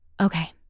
Okay